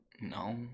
No